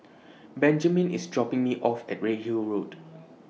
Benjiman IS dropping Me off At Redhill Road